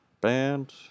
band